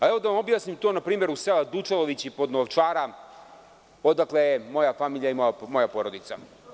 Evo da vam objasnim to, na primer u selu Dučalovići podno Ovčara, odakle je moja familija i moja porodica.